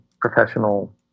professional